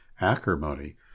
acrimony